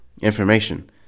information